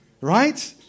Right